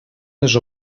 les